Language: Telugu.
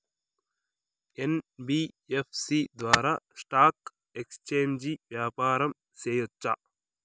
యన్.బి.యఫ్.సి ద్వారా స్టాక్ ఎక్స్చేంజి వ్యాపారం సేయొచ్చా?